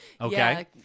Okay